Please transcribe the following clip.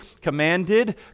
commanded